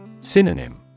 Synonym